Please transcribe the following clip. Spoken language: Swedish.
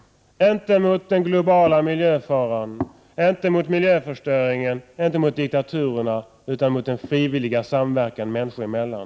Det var inte mot den globala miljöfaran, inte mot miljöförstöringen och inte mot diktaturerna, utan det var mot den frivilliga samverkan människor emellan.